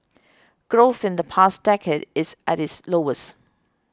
growth in the past decade is at its lowest